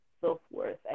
self-worth